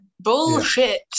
Bullshit